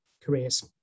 careers